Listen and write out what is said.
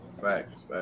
Facts